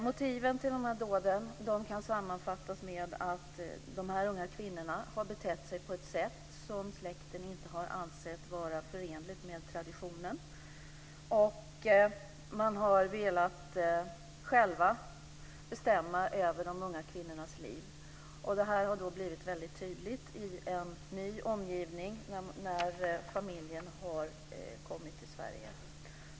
Motiven till dessa dåd kan sammanfattas med att dessa unga kvinnor har betett sig på ett sätt som släkten inte har ansett vara förenligt med traditionen. Man har själv velat bestämma över de unga kvinnornas liv. Detta har blivit väldigt tydligt i en ny omgivning när familjen har kommit till Sverige.